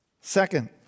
Second